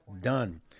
done